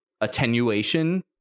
attenuation